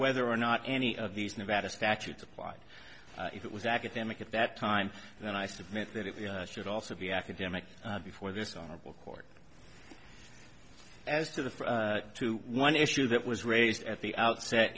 whether or not any of these nevada statutes applied if it was academic at that time then i submit that it should also be academic before this honorable court as to the two one issue that was raised at the outset